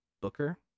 Booker